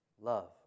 love